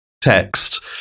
text